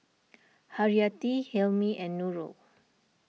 Haryati Hilmi and Nurul